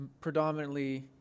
predominantly